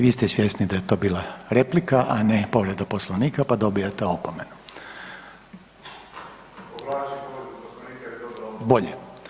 Vi ste svjesni da je to bila replika, a ne povreda poslovnika pa dobijate opomenu. … [[Upadica se ne razumije.]] Bolje.